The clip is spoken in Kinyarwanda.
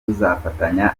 tuzafatanya